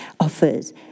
offers